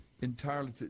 entirely